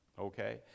okay